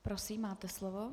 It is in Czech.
Prosím, máte slovo.